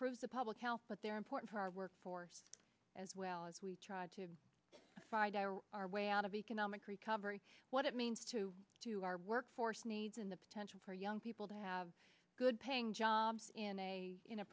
t the public health but they're important for our workforce as well as we try to find our way out of economic recovery what it means to do our workforce needs in the potential for young people to have good paying jobs in a in a